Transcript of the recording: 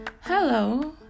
hello